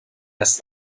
ist